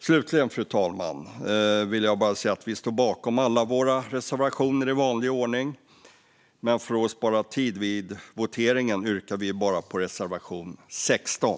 Slutligen, fru talman, vill jag bara säga att vi i vanlig ordning står bakom alla våra reservationer. Men för att spara tid vid voteringen yrkar jag bifall enbart till reservation 16.